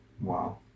wow